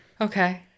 Okay